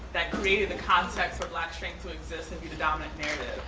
that created the context for black strength to exist and be the dominant narrative.